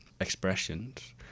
expressions